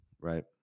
right